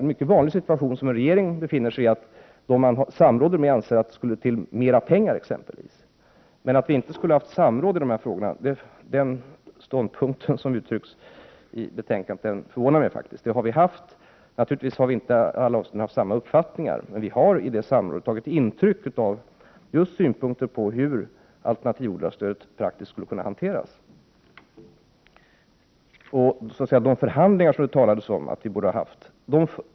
En mycket vanlig situation som regeringen befinner sig i är att de man samråder med anser att det skulle behövas mera pengar. I betänkandet uttrycks dock att vi inte skulle samrått i dessa frågor. Det förvånar mig. Vi har haft samråd. I alla avsenden har vi naturligtvis inte kommit till samma uppfattning, men i samrådet har vi tagit intryck av | synpunkter på hur alternativodlarstödet praktiskt skulle kunna hanteras. Det talas också om att vi borde ha fört förhandlingar.